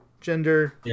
gender